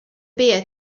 beer